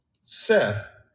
Seth